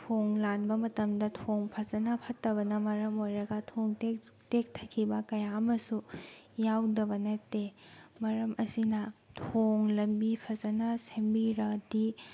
ꯊꯣꯡ ꯂꯥꯟꯕ ꯃꯇꯝꯗ ꯊꯣꯡ ꯐꯖꯅ ꯐꯠꯇꯕꯅ ꯃꯔꯝ ꯑꯣꯏꯔꯒ ꯊꯣꯡ ꯇꯦꯛꯊꯈꯤꯕ ꯀꯌꯥ ꯑꯃꯁꯨ ꯌꯥꯎꯗꯕ ꯅꯠꯇꯦ ꯃꯔꯝ ꯑꯁꯤꯅ ꯊꯣꯡ ꯂꯝꯕꯤ ꯐꯖꯅ ꯁꯦꯝꯕꯤꯔꯗꯤ